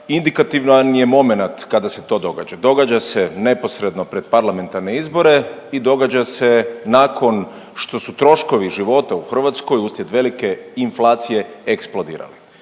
Indikativan je momenat kada se to događa, događa se neposredno pred parlamentarne izbore i događa se nakon što su troškovi života u Hrvatskoj uslijed velike inflacije eksplodirali.